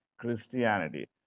Christianity